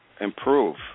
improve